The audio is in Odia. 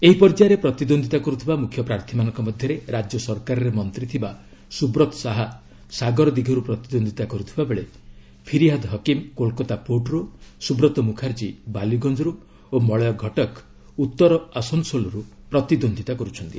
ଏହି ପର୍ଯ୍ୟାୟରେ ପ୍ରତିଦ୍ୱନ୍ଦିତା କରୁଥିବା ମୁଖ୍ୟ ପ୍ରାର୍ଥୀମାନଙ୍କ ମଧ୍ୟରେ ରାଜ୍ୟ ସରକାରରେ ମନ୍ତ୍ରୀ ଥିବା ସୁବ୍ରତ ଶାହା ସାଗରଦୀଘିରୁ ପ୍ରତିଦ୍ୱନ୍ଦ୍ୱିତା କରୁଥିବା ବେଳେ ଫିରିହାଦ ହକିମ୍ କୋଲକାତା ପୋର୍ଟ୍ରୁ ସୁବ୍ରତ ମୁଖାର୍ଜୀ ବାଲିଗଞ୍ଜରୁ ଓ ମଳୟ ଘଟକ ଉତ୍ତର ଆସନସୋଲରୁ ପ୍ରତିଦ୍ୱନ୍ଦ୍ୱିତା କରୁଛନ୍ତି